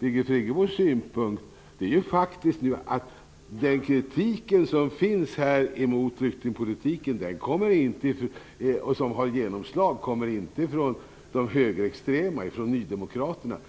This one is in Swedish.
Birgit Friggebos synpunkt, är faktiskt att den kritik som riktas mot flyktingpolitiken och som också fått genomslag inte kommer från de högerextrema, från Nydemokraterna.